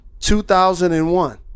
2001